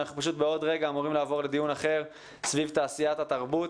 בעוד רגע אנחנו אמורים לעבור לדיון אחר סביב תעשיית התרבות